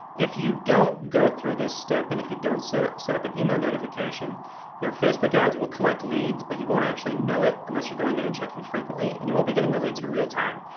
if you don't go through this step and if you don't set ah set up an email notification your facebook ads will collect leads but you won't actually know it unless you're going in and checking frequently and you won't be getting the leads in real time.